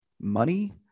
money